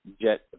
jet